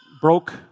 Broke